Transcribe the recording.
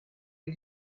est